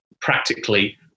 practically